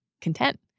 content